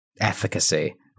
efficacy